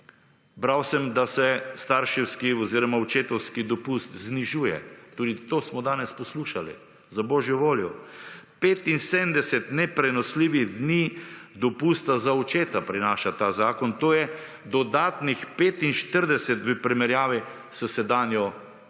Bral sem, da se starševski oziroma očetovski dopust znižuje tudi to smo danes poslušali. Za božjo voljo, 75 neprenosljivih dni dopusta za očeta prinaša ta zakona. To je dodatnih 45 v primerjavi s sedanjo